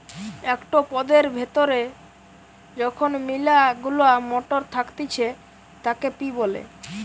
একটো পদের ভেতরে যখন মিলা গুলা মটর থাকতিছে তাকে পি বলে